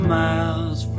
miles